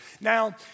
Now